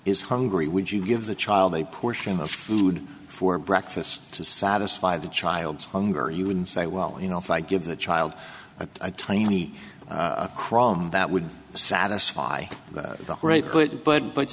is hungry would you give the child a portion of food for breakfast to satisfy the child's hunger you would say well you know if i give the child a tiny a crumb that would satisfy the right quick but but